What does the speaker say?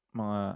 mga